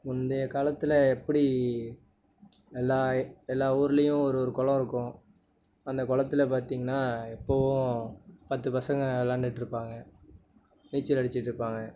முந்தைய காலத்தில் எப்படி எல்லா எல்லா ஊர்லையும் ஒரு ஒரு குளோம் இருக்கும் அந்த குளத்துல பார்த்தீங்கன்னா எப்போவும் பத்து பசங்க விளாண்டுட்டுருப்பாங்க நீச்சல் அடிச்சிட்டுருப்பாங்க